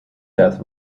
death